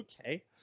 Okay